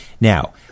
Now